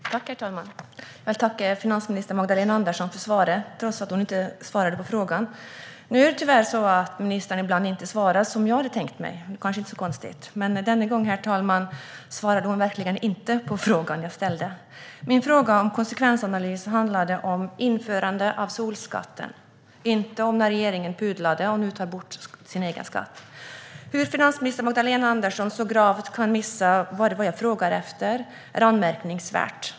Herr talman! Jag tackar finansminister Magdalena Andersson för svaret, trots att hon inte svarade på frågan. Nu är det tyvärr så att ministern ibland inte svarar som jag hade tänkt mig. Det kanske inte är så konstigt. Men denna gång, herr talman, svarade hon verkligen inte på frågan jag ställde. Min fråga om konsekvensanalys handlade om införandet av solskatten, inte om att regeringen pudlade och nu tar bort sin egen skatt. Hur finansminister Magdalena Andersson så gravt kan missa vad jag frågar efter är anmärkningsvärt.